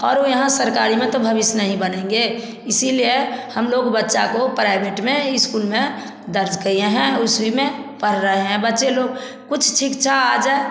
और यहाँ सरकारी में तो भविष्य नहीं बनेंगे इसीलिए हम लोग बच्चा को प्राइवेट में स्कूल में दर्ज किए हैं उसी में पढ़ रहे हैं बच्चे लोग कुछ शिक्षा आ जाए